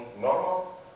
normal